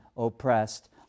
Oppressed